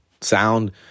sound